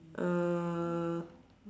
uh